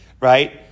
right